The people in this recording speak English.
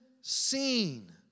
seen